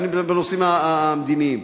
בנושאים המדיניים.